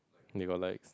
they got like